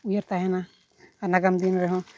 ᱩᱭᱦᱟᱹᱨ ᱛᱟᱦᱮᱱᱟ ᱟᱨ ᱱᱟᱜᱟᱢ ᱫᱤᱱ ᱨᱮᱦᱚᱸ